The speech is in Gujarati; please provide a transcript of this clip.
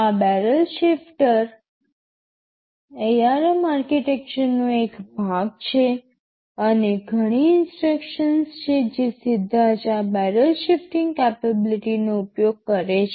આ બેરલ શિફ્ટર ARM આર્કિટેક્ચરનો એક ભાગ છે અને ઘણી ઇન્સટ્રક્શન્સ છે જે સીધા જ આ બેરલ શિફટિંગ કેપેબિલિટી નો ઉપયોગ કરે છે